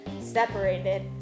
separated